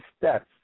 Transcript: steps